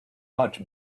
much